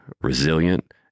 resilient